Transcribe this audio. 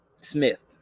Smith